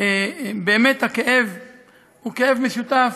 באמת הכאב הוא כאב משותף,